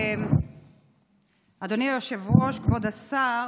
אדוני היושב-ראש, כבוד השר